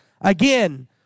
Again